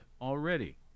already